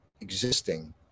existing